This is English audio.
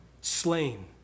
slain